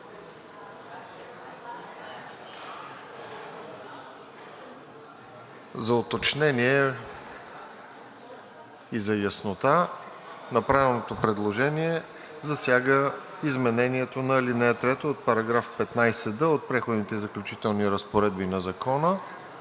За уточнение и за яснота, направеното предложение засяга изменението на ал. 3 от § 15д от Преходните и заключителните разпоредби на Закона.